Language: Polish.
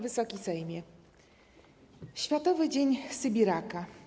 Wysoki Sejmie! Światowy Dzień Sybiraka.